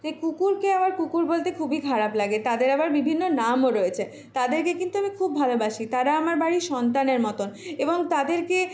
সেই কুকুরকে আবার কুকুর বলতে খুবই খারাপ লাগে তাদের আবার বিভিন্ন নামও রয়েছে তাদেরকে কিন্তু আমি খুব ভালোবাসি তারা আমার বাড়ির সন্তানের মতন এবং তাদেরকে